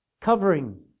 covering